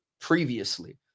previously